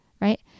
right